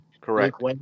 Correct